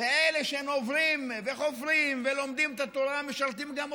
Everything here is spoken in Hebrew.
אלה שנוברים וחופרים ולומדים את התורה משרתים גם אותנו.